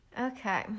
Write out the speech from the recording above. okay